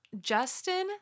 Justin